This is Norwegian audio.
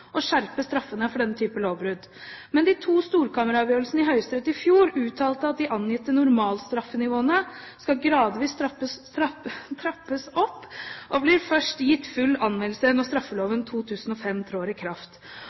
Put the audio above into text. å skjerpe straffene for denne type lovbrudd. Men de to storkammeravgjørelsene i Høyesterett i fjor uttalte at de angitte normalstraffenivåene skal gradvis trappes opp, og blir først gitt full anvendelse når straffeloven 2005 trer i kraft.